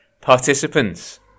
Participants